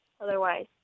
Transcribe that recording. Otherwise